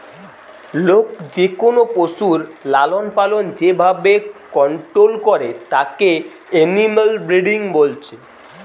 লোক যেকোনো পশুর লালনপালন যে ভাবে কন্টোল করে তাকে এনিম্যাল ব্রিডিং বলছে